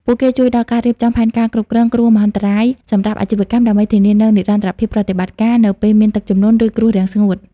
ពួកគេជួយដល់ការរៀបចំផែនការគ្រប់គ្រងគ្រោះមហន្តរាយសម្រាប់អាជីវកម្ម ដើម្បីធានានូវនិរន្តរភាពប្រតិបត្តិការ នៅពេលមានទឹកជំនន់ ឬគ្រោះរាំងស្ងួត។